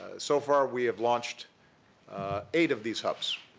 so far, we have launched eight of these hubs,